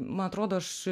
man atrodo aš